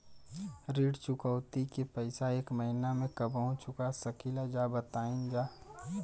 ऋण चुकौती के पैसा एक महिना मे कबहू चुका सकीला जा बताईन जा?